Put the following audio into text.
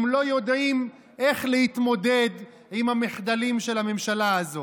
הם לא יודעים איך להתמודד עם המחדלים של הממשלה הזאת.